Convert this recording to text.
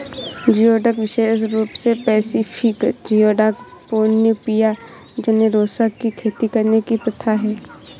geoduck विशेष रूप से पैसिफिक जियोडक, पैनोपिया जेनेरोसा की खेती करने की प्रथा है